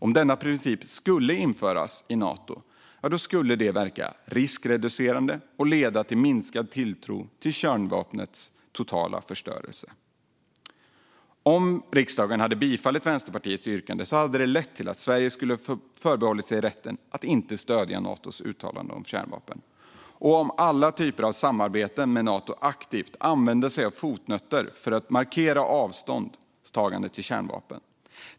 Om denna princip skulle införas i Nato skulle det verka riskreducerande och leda till minskad tilltro till kärnvapens totala förstörelse. Om riksdagen hade bifallit Vänsterpartiets yrkande hade Sverige förbehållit sig rätten att inte stödja Natos uttalanden om kärnvapen och att i alla typer av samarbeten med Nato aktivt använda sig av fotnoter för att markera avståndstagande från kärnvapen.